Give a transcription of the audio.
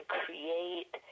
create